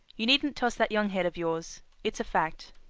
you needn't toss that young head of yours. it's a fact.